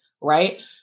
right